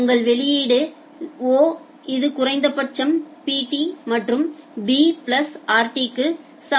உங்கள் வெளியீடு O இது குறைந்தபட்ச Pt மற்றும் b பிளஸ் rt க்கு சமமாக இருக்கும்